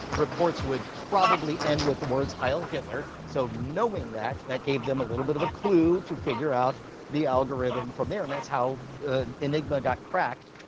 reports would probably end with the words heil, hitler. so, knowing that, that, that gave them a little bit of a clue to figure out the algorithm from there and that's how enigma got cracked.